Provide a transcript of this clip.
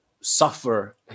suffer